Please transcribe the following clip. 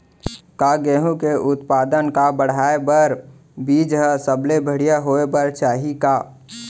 का गेहूँ के उत्पादन का बढ़ाये बर बीज ह सबले बढ़िया होय बर चाही का?